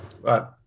Right